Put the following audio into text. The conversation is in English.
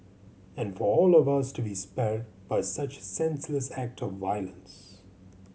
and for all of us to be spared by such senseless act of violence